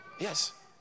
Yes